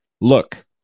Look